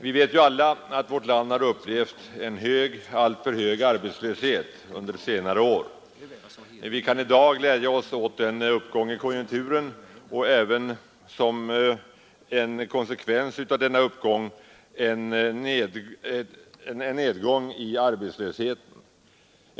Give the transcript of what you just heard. Vi vet alla att vårt land har upplevt en alltför hög arbetslöshet under senare år. Vi kan i dag glädja oss åt en uppgång i konjunkturen och som följd härav en minskning av arbetslösheten.